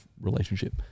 relationship